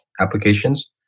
applications